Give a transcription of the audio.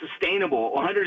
sustainable